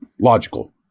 logical